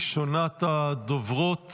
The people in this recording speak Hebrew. ראשונת הדוברות